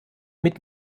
mit